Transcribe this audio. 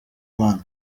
mana